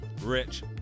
Rich